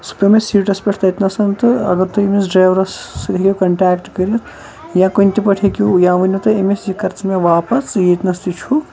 سُہ پیٛو مےٚ سیٖٹَس پٮ۪ٹھ تٔتۍ نس تہٕ اگر تُہۍ أمِس ڈرٛایورَس سۭتۍ ہیٚکِو کۄنٹیکٹہٕ کٔرِتھ یا کُنہِ تہِ پٲٹھۍ ہیٚکِو یا ؤنِو تُہۍ أمِس یہِ کَر ژٕ مےٚ واپَس ژٕ ییٚتہِ نَس تہِ چھُکھ